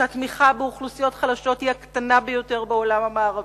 שהתמיכה באוכלוסיות חלשות היא הקטנה ביותר בעולם המערבי.